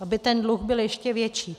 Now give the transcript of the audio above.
Aby ten dluh byl ještě větší?